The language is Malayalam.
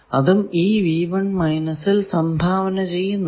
അതും ഈ ൽ സംഭാവന ചെയ്യുന്നുണ്ട്